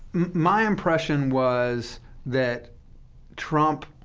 my impression was that trump